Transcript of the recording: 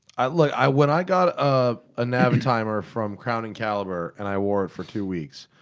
i like i when i got a ah navitimer from crown and caliber, and i wore it for two weeks,